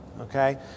Okay